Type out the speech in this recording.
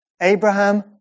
Abraham